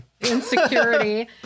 Insecurity